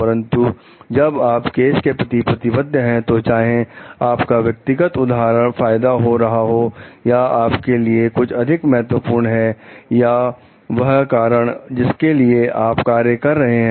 परंतु जब आप केस के प्रति प्रतिबद्ध है तो चाहे आपका व्यक्तिगत फायदा हो रहा हो या आपके लिए क्या अधिक महत्वपूर्ण है या वह कारण जिसके लिए आप कार्य कर रहे हैं